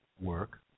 work